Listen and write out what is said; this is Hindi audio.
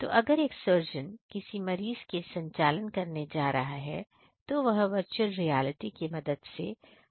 तो अगर एक सर्जन किसी मरीज की संचालन करने जा रहा है तो वह वर्चुअल रियलिटी के मदद से कर सकता है